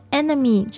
enemy